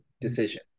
decision